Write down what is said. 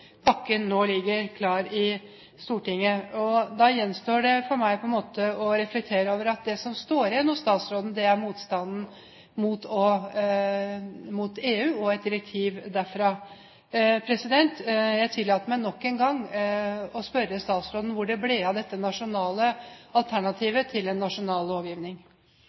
pakken i egen regjering, men ser at pakken nå ligger klar i Stortinget. Da gjenstår det for meg å reflektere over at det som står igjen hos statsråden, er motstanden mot EU og et direktiv derfra. Jeg tillater meg nok en gang å spørre statsråden hvor det ble av dette nasjonale alternativet til en nasjonal lovgivning.